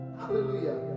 Hallelujah